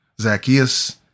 Zacchaeus